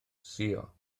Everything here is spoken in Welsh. suo